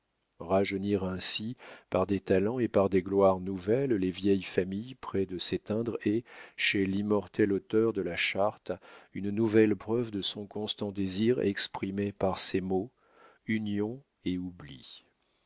rajeunir ainsi par des talents et par des gloires nouvelles les vieilles familles près de s'éteindre est chez l'immortel auteur de la charte une nouvelle preuve de son constant désir exprimé par ces mots union et oubli